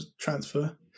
transfer